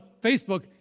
Facebook